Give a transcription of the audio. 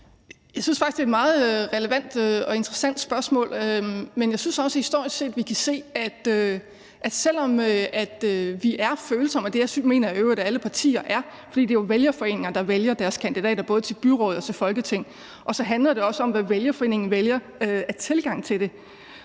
Jeg synes faktisk, det er et meget relevant og interessant spørgsmål, men jeg synes også, at vi historisk set kan se, at selv om vi er følsomme – og det mener jeg i øvrigt alle partier er, fordi det jo er vælgerforeningerne, der vælger deres kandidater både til byråd og Folketing – handler det også om, hvad vælgerforeningen vælger af tilgang til det;